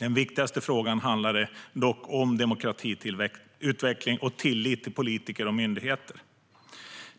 Den viktigaste frågan handlade dock om demokratiutveckling och tillit till politiker och myndigheter.